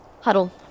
Huddle